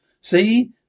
See